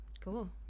cool